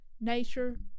nature